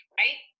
right